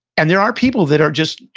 and there are people that are just,